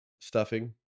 stuffing